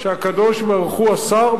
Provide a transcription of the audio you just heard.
שהקדוש-ברוך-הוא אסר,